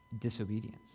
disobedience